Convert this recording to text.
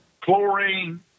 chlorine